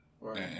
Right